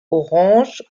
orange